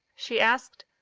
she asked.